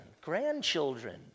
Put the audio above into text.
grandchildren